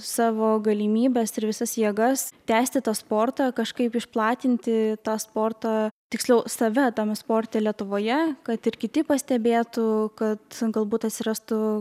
savo galimybes ir visas jėgas tęsti tą sportą kažkaip išplatinti tą sportą tiksliau save tame sporte lietuvoje kad ir kiti pastebėtų kad galbūt atsirastų